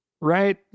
right